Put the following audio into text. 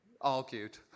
Argued